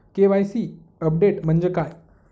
KYC update म्हणजे काय?